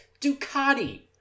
Ducati